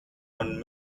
und